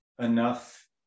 enough